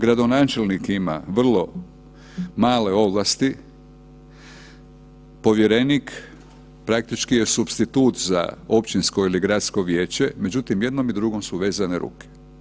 Gradonačelnik ima vrlo male ovlasti, povjerenik praktično je supstitut za općinsko ili gradsko vijeće, međutim jednom i drugom su vezane ruke.